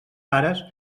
pares